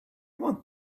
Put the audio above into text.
want